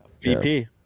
VP